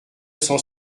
cent